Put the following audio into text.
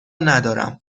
ندارم